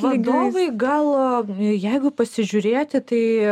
vadovai gal jeigu pasižiūrėti tai